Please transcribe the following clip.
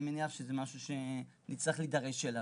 אני מניח שזה משהו שנצטרך להידרש אליו.